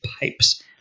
pipes